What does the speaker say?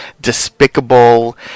despicable